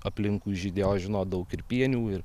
aplinkui žydėjo žinot daug ir pienių ir